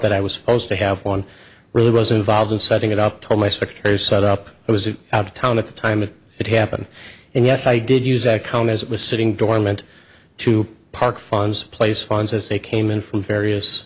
that i was supposed to have one really rosen volved in setting it up told my secretaries set up i was out of town at the time it would happen and yes i did use that count as it was sitting dormant to park funds place funds as they came in from various